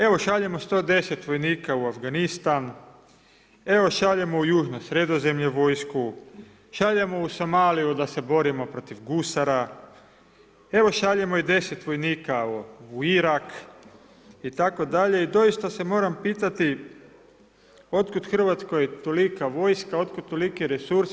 Evo šaljemo 110 vojnika u Afganistan, evo šaljemo u južno Sredozemlje vojsku, šaljemo u Somaliju da se borimo protiv gusara, evo šaljemo i 10 vojnika u Irak, itd. i doista se moram pitati od kud Hrvatskoj tolika vojska, od kud toliki resursi?